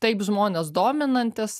taip žmones dominantys